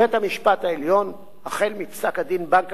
החל מפסק-דין בנק המזרחי ופסיקה אחרת,